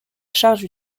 charge